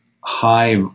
high